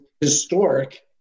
historic